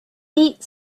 meet